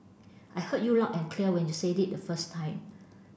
I heard you loud and clear when you said it the first time